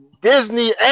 Disney